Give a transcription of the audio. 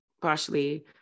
partially